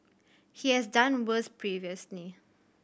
he has done worse previously